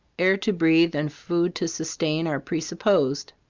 air to breathe and food to sustain are presupposed.